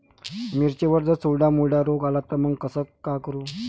मिर्चीवर जर चुर्डा मुर्डा रोग आला त मंग का करू?